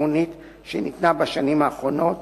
עקרונית שניתנה בשנים האחרונות,